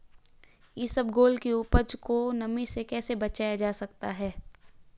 इसबगोल की उपज को नमी से कैसे बचाया जा सकता है?